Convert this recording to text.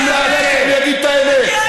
אני אעלה ואגיד את האמת.